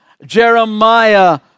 Jeremiah